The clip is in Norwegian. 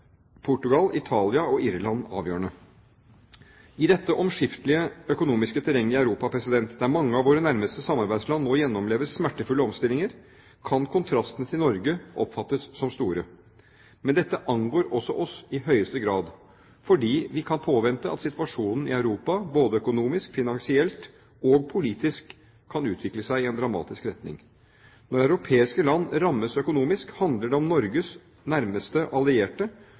Portugal, Italia og Irland avgjørende. I dette omskiftelige økonomiske terrenget i Europa, der mange av våre nærmeste samarbeidsland nå gjennomlever smertefulle omstillinger, kan kontrastene til Norge oppfattes som store. Men dette angår også oss i høyeste grad, fordi vi kan påvente at situasjonen i Europa både økonomisk, finansielt og politisk kan utvikle seg i en dramatisk retning. Når europeiske land rammes økonomisk, handler det om Norges nærmeste allierte